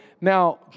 Now